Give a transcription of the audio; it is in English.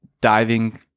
diving